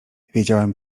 wiedziałem